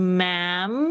ma'am